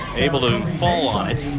able to fall on it.